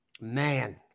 Man